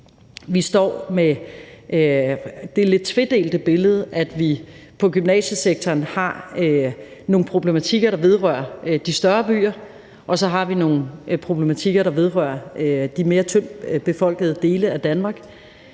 Vi står med det lidt tvedelte billede, at vi i gymnasiesektoren har nogle problematikker, der vedrører de større byer, og så har vi nogle problematikker, der vedrører de mere tyndtbefolkede dele af Danmark.